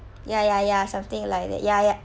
ya ya ya something like that ya ya